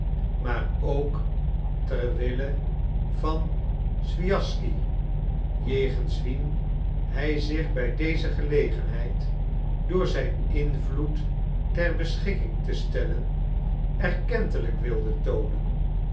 maar ook ter wille van swijaschsky jegens wien hij zich bij deze gelegenheid door zijn invloed ter beschikking te stellen erkentelijk wilde betoonen